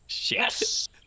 Yes